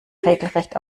regelrecht